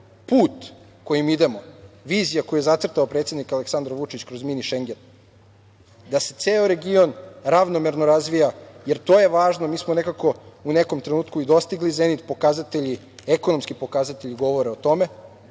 put kojim idemo, vizija koju je zacrtao predsednik Aleksandar Vučić kroz „mini Šengen“, da se ceo region ravnomerno razvija, jer to je važno. Mi smo u nekom trenutku i dostigli zenit, ekonomski pokazatelji govore o tome,